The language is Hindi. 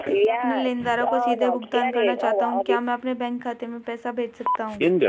मैं अपने लेनदारों को सीधे भुगतान करना चाहता हूँ क्या मैं अपने बैंक खाते में पैसा भेज सकता हूँ?